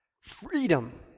Freedom